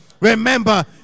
Remember